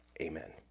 amen